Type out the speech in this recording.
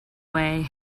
way